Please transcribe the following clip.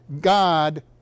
God